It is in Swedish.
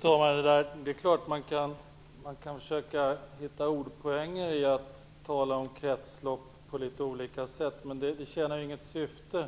Fru talman! Det är klart att man kan försöka ta en poäng genom att tala om kretslopp på litet olika sätt, men det tjänar inget syfte.